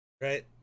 right